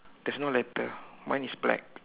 there's no letter mine is black